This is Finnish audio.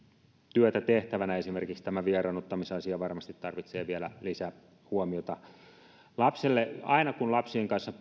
työtä tehtävänä esimerkiksi tämä vieraannuttamisasia varmasti tarvitsee vielä lisähuomiota aina kun puhuu lapsien kanssa